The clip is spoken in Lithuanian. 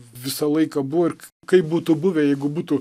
visą laiką buvo ir kaip būtų buvę jeigu būtų